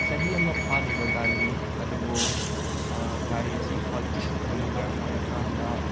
ꯆꯍꯤ ꯑꯃ ꯐꯥꯗ꯭ꯔꯤꯕ ꯒꯥꯔꯤꯅꯤ ꯑꯗꯨꯕꯨ ꯒꯥꯔꯤ ꯑꯁꯤ ꯀ꯭ꯋꯥꯂꯤꯇꯤ ꯐꯠꯇꯕꯅ ꯃꯔꯝ ꯑꯣꯏꯔꯀꯥꯟꯗ